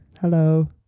hello